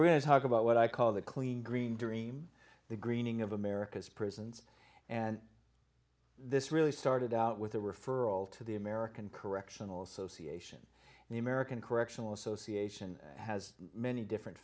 we're going to talk about what i call the clean green dream the greening of america's prisons and this really started out with a referral to the american correctional association the american correctional association has many different